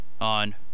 on